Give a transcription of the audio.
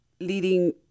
leading